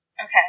Okay